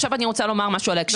עכשיו אני רוצה לומר משהו על ההקשר.